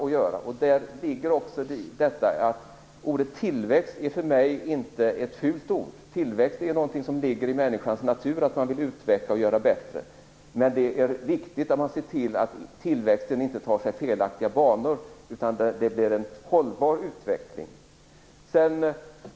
Ordet tillväxt är för mig inte ett fult ord. Tillväxt är någonting som ligger i människans natur; man vill utveckla och göra bättre. Men det är viktigt att man ser till att tillväxten inte tar felaktiga banor utan att det blir en hållbar utveckling.